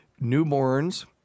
newborns